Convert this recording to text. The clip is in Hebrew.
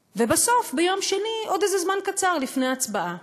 ובסוף, ביום שני, עוד איזה זמן קצר לפני ההצבעה.